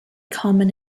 common